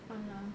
!alah!